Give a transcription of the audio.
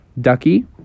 Ducky